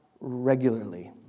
regularly